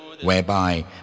Whereby